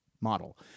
model